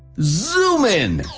zoom in.